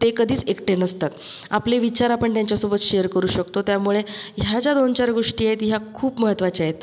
ते कधीच एकटे नसतात आपले विचार आपण त्यांच्यासोबत शेअर करू शकतो त्यामुळे ह्या ज्या दोनचार गोष्टी आहेत ह्या खूप महत्त्वाच्या आहेत